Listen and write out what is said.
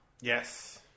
Yes